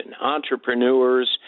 entrepreneurs